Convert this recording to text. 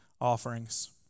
offerings